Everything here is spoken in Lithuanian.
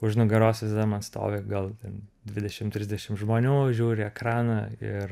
už nugaros visada man stovi gal ten dvidešim trisdešim žmonių žiūri į ekraną ir